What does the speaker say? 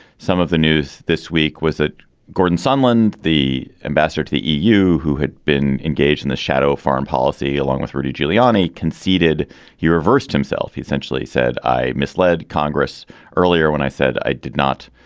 some of the news this week was that gordon sunlen the ambassador to the eu who had been engaged in the shadow foreign policy along with rudy giuliani conceded he reversed himself he essentially said i misled congress earlier when i said i did not